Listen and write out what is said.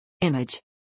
Image